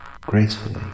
gracefully